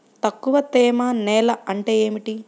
తక్కువ తేమ నేల అంటే ఏమిటి?